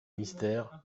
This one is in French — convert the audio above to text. mystère